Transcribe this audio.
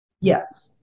Yes